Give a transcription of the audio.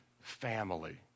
family